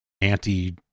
anti